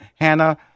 Hannah